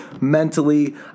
mentally